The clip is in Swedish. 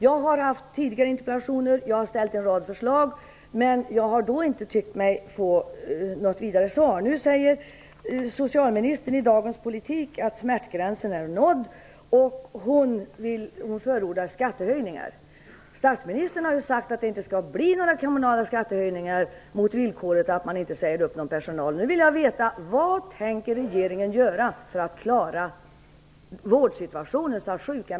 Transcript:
Jag har ställt interpellationer tidigare, och jag har kommit med en rad förslag. Men jag tycker inte att jag har fått något vidare svar. Socialministern säger i Dagens Politik att smärtgränsen är nådd. Hon förordar skattehöjningar. Statsministern har ju sagt att det inte skall bli några kommunala skattehöjningar. Villkoret är att man inte säger upp någon personal.